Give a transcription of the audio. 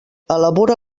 elabora